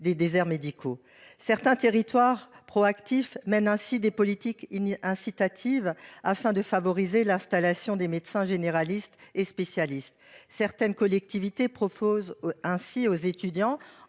d'information. Certains territoires proactifs mènent ainsi des politiques incitatives, afin de favoriser l'installation de médecins généralistes et spécialistes. Certaines collectivités proposent par exemple aux étudiants